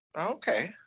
Okay